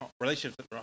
relationships